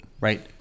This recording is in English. right